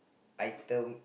item